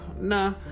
Nah